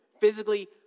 physically